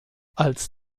als